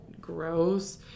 gross